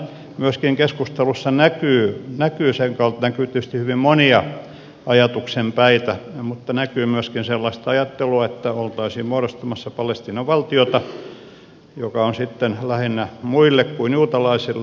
myöskin keskustelussa näkyy senkaltainen näkyy tietysti hyvin monia ajatuksenpäitä mutta näkyy myöskin sellaista ajattelua että oltaisiin muodostamassa palestiinan valtiota joka on sitten lähinnä muille kuin juutalaisille